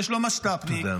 יש לו משת"פניק -- תודה,